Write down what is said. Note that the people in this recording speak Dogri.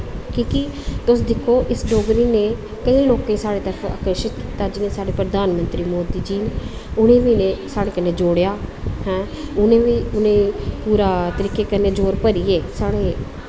क्योंकि तुस दिक्खो इस डोगरी कन्नै केईं लोकें गी साढ़ी तरफ अकर्शित कीता जि'यां साढ़े प्रधानमंत्री मोदी जी न उ'नें गी बी साढ़े कन्नै जोड़ेआ हैं उ'नें बी उ'नें पूरे तरीके कन्नै जोर भरियै साढ़े